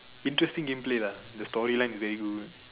interesting game play lah the story line is very good